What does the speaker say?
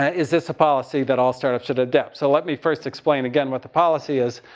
ah is this a policy that all startups should adopt. so let me first explain again what the policy is.